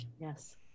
Yes